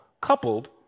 coupled